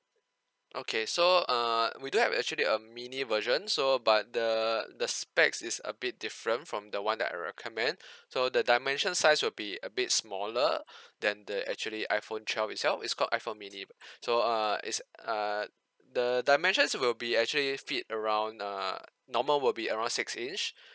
okay so uh we do have actually a mini version so but the the specs is a bit different from the one that I recommend so the dimension size will be a bit smaller than the actually iphone twelve itself it's called iphone mini so uh it's uh the dimensions will be actually fit around uh normal will be around six inch